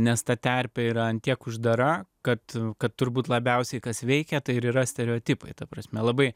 nes ta terpė yra ant tiek uždara kad kad turbūt labiausiai kas veikia tai ir yra stereotipai ta prasme labai